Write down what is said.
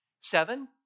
Seven